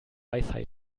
weisheit